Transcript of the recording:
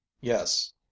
yes